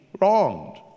wronged